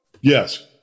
Yes